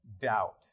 doubt